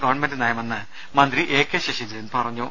government നയമെന്ന് മന്ത്രി A K Saseendran പറഞ്ഞു